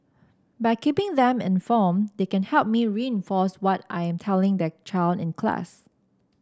by keeping them informed they can help me reinforce what I'm telling their child in class